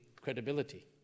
credibility